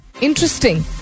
Interesting